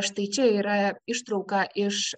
štai čia yra ištrauka iš